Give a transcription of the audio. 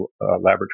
laboratory